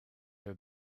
that